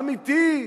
אמיתי,